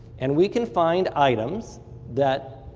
and we can find items that